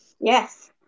yes